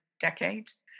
decades